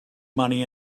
money